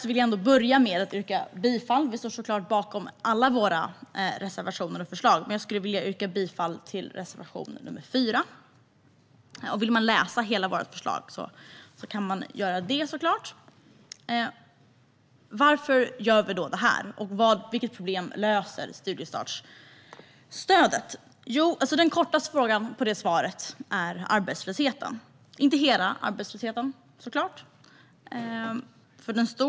Vi står såklart bakom alla våra reservationer och förslag, men jag skulle vilja yrka bifall till reservation nr 4. Vill man läsa alla våra förslag kan man göra det. Varför gör vi då det här? Vilket problem löser studiestartsstödet? Det kortaste svaret är: arbetslösheten. Studiestartsstödet löser förstås inte hela problemet med arbetslöshet.